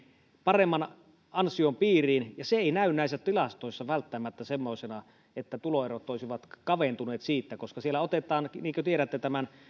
paremman ansion piiriin ja se ei näy näissä tilastoissa välttämättä semmoisena että tuloerot olisivat kaventuneet koska siellä otetaan niin kuin tiedätte